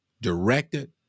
directed